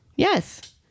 Yes